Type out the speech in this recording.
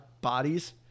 bodies